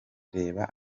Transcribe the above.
reba